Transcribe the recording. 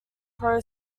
crow